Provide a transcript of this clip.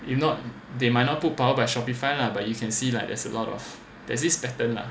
if not they might not put powered by Shopify lah but you can see like there's a lot of there's this pattern lah